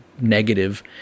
negative